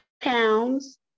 pounds